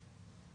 לתת,